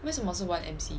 为什么是 one M_C